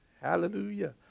Hallelujah